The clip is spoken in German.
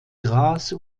gras